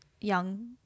young